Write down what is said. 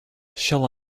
shall